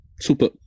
Super